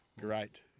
Great